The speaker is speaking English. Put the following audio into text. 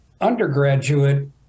undergraduate